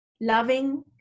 loving